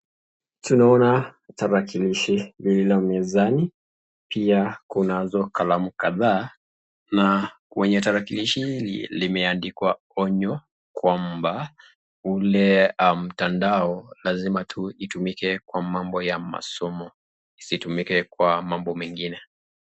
Tunaona tarakilishi lilala mezani. Pia kunazo kalamu kadhaa na kwenye tarakilishi limeandikwa onyo kwamba ule mtandao lazima tu itumike kwa mambo ya masomo. Isitumike kwa mambo mengine.